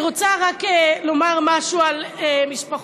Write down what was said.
אני רוצה רק לומר משהו על משפחות,